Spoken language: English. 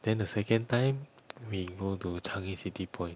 then the second time we go to changi city point